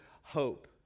hope